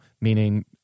meaning